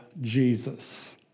Jesus